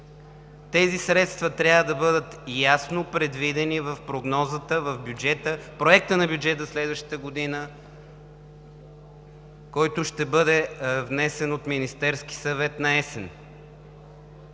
Тези средства трябва да бъдат ясно предвидени в прогнозата, в проекта на бюджета за следващата година, който ще бъде внесен от Министерския съвет наесен.